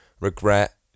regret